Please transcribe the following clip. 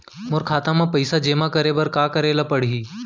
मोर खाता म पइसा जेमा करे बर का करे ल पड़ही?